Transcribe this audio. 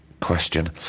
question